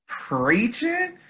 preaching